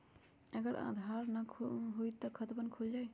अगर आधार न होई त खातवन खुल जाई?